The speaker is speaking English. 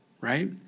right